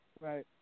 right